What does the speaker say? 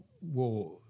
war